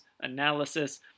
analysis